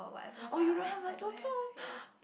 orh you don't have the chou chou